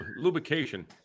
lubrication